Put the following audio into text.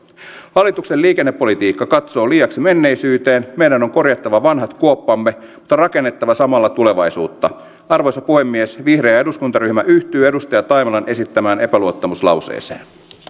hallituksen liikennepolitiikka katsoo liiaksi menneisyyteen meidän on korjattava vanhat kuoppamme mutta rakennettava samalla tulevaisuutta arvoisa puhemies vihreä eduskuntaryhmä yhtyy edustaja taimelan esittämään epäluottamuslauseeseen